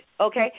okay